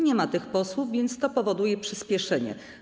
Nie ma tych posłów, więc to powoduje przyspieszenie.